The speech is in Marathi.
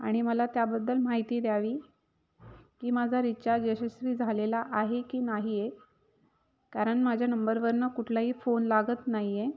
आणि मला त्याबद्दल माहिती द्यावी की माझा रिचार्ज यशस्वी झालेला आहे की नाही आहे कारण माझ्या नंबरवरून कुठलाही फोन लागत नाही आहे